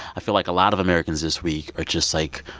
i feel like a lot of americans this week are just, like,